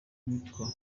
bitwa